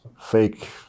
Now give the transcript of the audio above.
fake